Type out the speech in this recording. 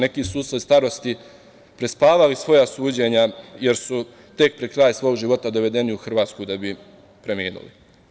Neki su usled starosti prespavali svoja suđenja, jer su tek pred kraj svog života dovedeni u Hrvatsku da bi preminuli.